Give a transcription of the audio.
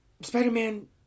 Spider-Man